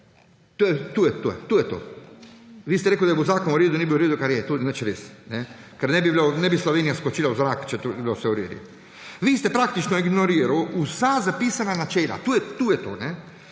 To je to. Vi ste rekli, da je bil zakon v redu, ni bil v redu, kar je. To ni nič res, ker ne bi Slovenija skočila v zrak, če bi bilo vse v redu. Vi ste praktično ignorirali vsa zapisana načela. To je to.